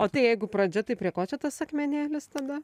o tai jeigu pradžia tai prie ko čia tas akmenėlis tada